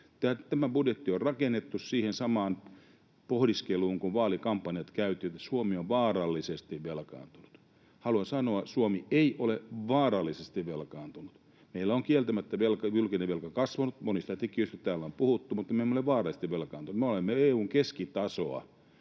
Tämä budjetti on rakennettu siihen samaan pohdiskeluun kuin silloin, kun vaalikampanjat käytiin, että Suomi on vaarallisesti velkaantunut. Haluan sanoa: Suomi ei ole vaarallisesti velkaantunut. Meillä on kieltämättä julkinen velka kasvanut, monista tekijöistä täällä on puhuttu, mutta me emme ole vaarallisesti velkaantuneet. Me olemme EU:n keskitasoa